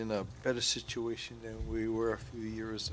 in a better situation than we were a few years